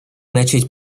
начать